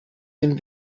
dem